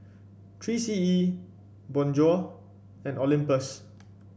Three C E Bonjour and Olympus